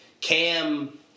Cam –